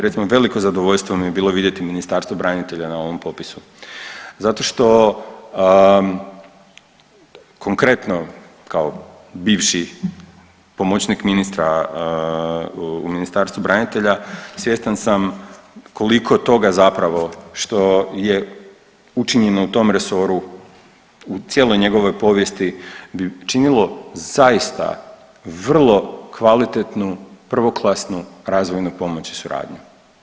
Recimo veliko zadovoljstvo mi je bilo vidjeti Ministarstvo branitelja na ovom popisu zato što konkretno kao bivši pomoćnik ministra u Ministarstvu branitelja svjestan sam koliko toga zapravo što je učinjeno u tom resoru u cijeloj njegovoj povijesti bi činilo zaista vrlo kvalitetnu, prvoklasnu razvojnu pomoću i suradnju.